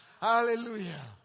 Hallelujah